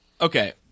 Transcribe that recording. Okay